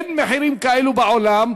אין מחירים כאלו בעולם,